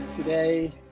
Today